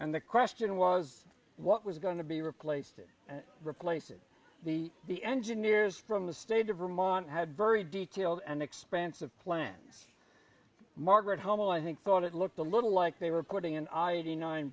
and the question was what was going to be replaced it replaces the the engineers from the state of vermont had very detailed and expansive plan margaret homo i think thought it looked a little like they were putting an i e d nine